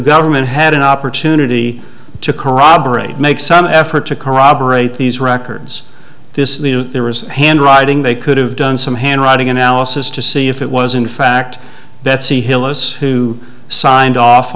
government had an opportunity to corroborate make some effort to corroborate these records this is the handwriting they could have done some handwriting analysis to see if it was in fact that c hyllus who signed off